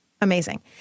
Amazing